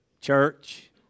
church